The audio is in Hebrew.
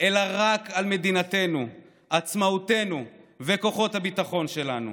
אלא רק על מדינתנו, עצמאותנו וכוחות הביטחון שלנו.